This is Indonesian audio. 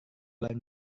luar